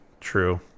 True